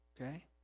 okay